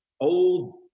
old